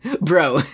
Bro